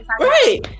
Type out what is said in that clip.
right